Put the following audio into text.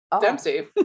Dempsey